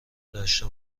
داشته